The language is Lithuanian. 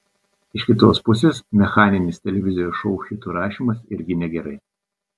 iš kitos pusės mechaninis televizijos šou hitų rašymas irgi negerai